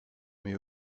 may